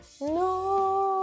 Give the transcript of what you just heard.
No